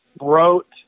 wrote